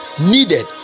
needed